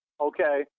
Okay